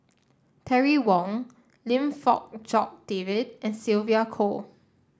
Terry Wong Lim Fong Jock David and Sylvia Kho